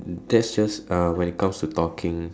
that's just uh when it comes to talking